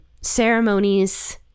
ceremonies